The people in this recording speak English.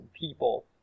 people